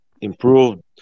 improved